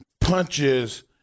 punches